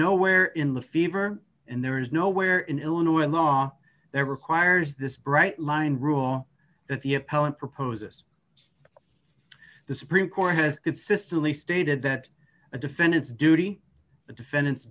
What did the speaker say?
nowhere in the fever and there is nowhere in illinois law that requires this bright line rule that the appellant proposes the supreme court has consistently stated that a defendant's duty the defendant's